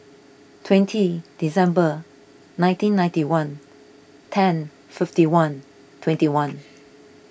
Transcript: twenty December nineteen ninety one ten fifty one twenty one